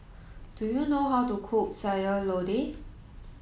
do you know how to cook Sayur Lodeh